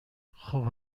خوب